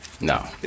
No